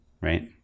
right